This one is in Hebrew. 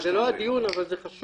זה לא הדיון, אבל זה חשוב.